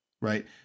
right